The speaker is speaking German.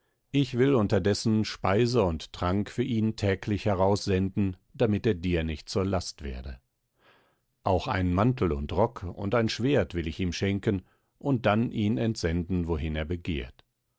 ich will unterdessen speise und trank für ihn täglich heraus senden damit er dir nicht zur last werde auch einen mantel und rock und ein schwert will ich ihm schenken und dann ihn entsenden wohin er begehrt